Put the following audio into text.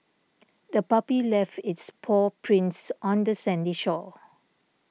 the puppy left its paw prints on the sandy shore